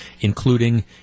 including